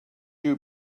you